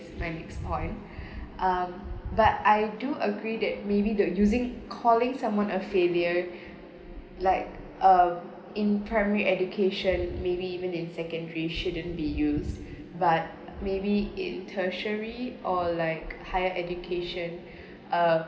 my next point um but I do agree that maybe the using calling someone a failure like uh in primary education maybe even in secondary shouldn't be used but maybe in tertiary or like higher education uh